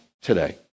today